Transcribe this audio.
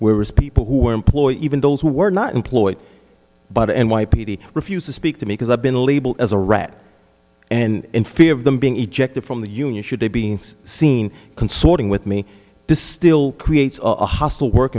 where is people who are employed even those who were not employed by the n y p d refuse to speak to me because i've been labeled as a rat and in fear of them being ejected from the union should they be seen consorting with me to still creates a hostile work